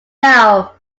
now